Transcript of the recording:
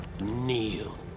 Kneel